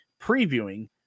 previewing